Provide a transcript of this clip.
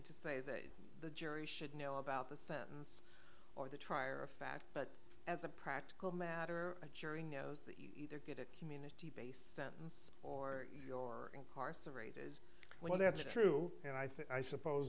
to say that the jury should know about the sentence or the trier of fact but as a practical matter a jury knows that you either get a community based sentence or your incarcerated well that's true and i think i suppose